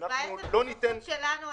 בעיית הנסחות שלנו נפתור.